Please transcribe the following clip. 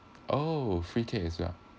oh free cake as well